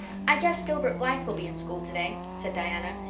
i guess gilbert blythe will be in school today, said diana.